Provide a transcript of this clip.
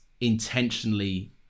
intentionally